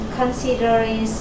considering